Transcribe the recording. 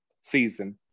season